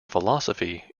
philosophy